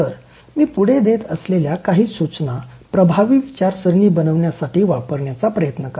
तर मी पुढे देत असलेल्या काही सूचना प्रभावी विचारसरणी बनविण्यासाठी वापरण्याचा प्रयत्न करा